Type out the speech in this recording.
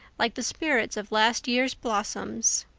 like the spirits of last year's blossoms.